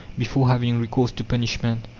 before having recourse to punishment.